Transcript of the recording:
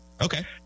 Okay